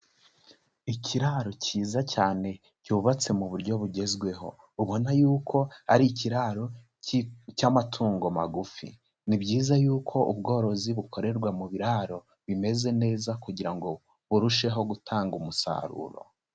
Ikiraro kiza cyane cyubatse mu buryo bugezweho, ubona yuko ari ikiraro cy'amatungo magufi. Ni byiza yuko ubworozi bukorerwa mu biraro bimeze neza kugira ngo burusheho gutanga umusaruro.